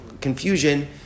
confusion